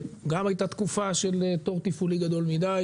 גם הייתה תקופה של תור תפעולי גדול מדי